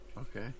Okay